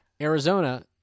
Arizona